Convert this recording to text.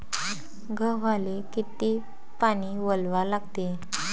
गव्हाले किती पानी वलवा लागते?